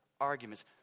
arguments